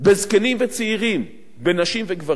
בזקנים ובצעירים, בנשים ובגברים,